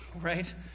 right